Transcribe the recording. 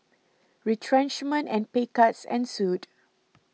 retrenchment and pay cuts ensued